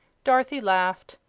dorothy laughed.